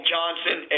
Johnson